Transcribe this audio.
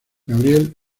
gabriel